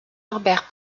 norbert